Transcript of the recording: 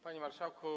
Panie Marszałku!